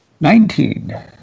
Nineteen